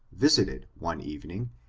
visited, one evening,